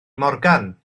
morgan